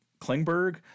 Klingberg